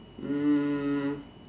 hmm